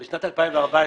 בשנת 2014,